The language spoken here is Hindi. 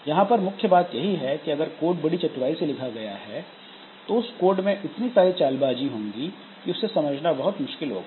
यहां पर मुख्य बात यही है कि अगर कोड बड़ी चतुराई से लिखा गया है तो उस कोड में इतनी सारी चालबाजी होंगी कि उसे समझना बहुत मुश्किल होगा